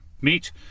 Meet